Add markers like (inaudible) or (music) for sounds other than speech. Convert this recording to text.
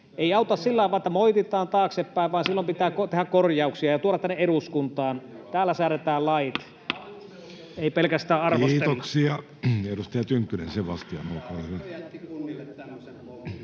Ei auta sillä tavalla, että vain moititaan taaksepäin, (noise) vaan silloin pitää tehdä korjauksia ja tuoda tänne eduskuntaan. Täällä säädetään lait, (noise) ei pelkästään arvostella. Kiitoksia. — Edustaja Tynkkynen, Sebastian, olkaa hyvä.